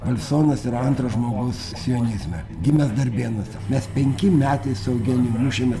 valsonas yra antras žmogus sionizme gimęs darbėnuose mes penki metai su eugenijum mušėmės